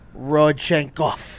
Rodchenkov